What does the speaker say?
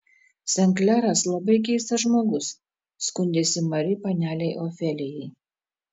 sen kleras labai keistas žmogus skundėsi mari panelei ofelijai